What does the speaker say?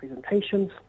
presentations